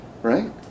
Right